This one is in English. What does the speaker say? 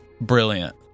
brilliant